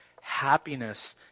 Happiness